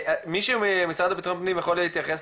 מישהו מהמשרד לבטחון פנים יכול להתייחס